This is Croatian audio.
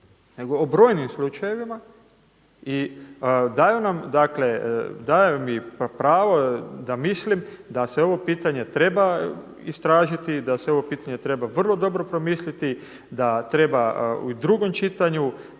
nego o brojnim slučajevima i daju mi pravo da mislim da se ovo pitanje treba istražiti, da se ovo pitanje treba vrlo dobro promisliti, da treba u drugom čitanju